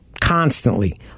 constantly